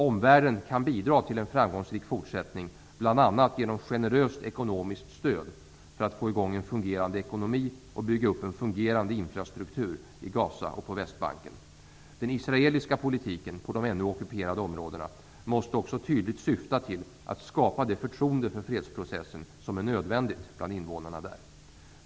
Omvärlden kan bidra till en framgångsrik fortsättning, bl.a. genom generöst ekonomiskt stöd för att få i gång en fungerande ekonomi och bygga upp en fungerande infrastruktur i Gaza och på Västbanken. Den israeliska politiken på de ännu ockuperade områdena måste också tydligt syfta till att skapa det förtroende för fredsprocessen som är nödvändigt bland invånarna där.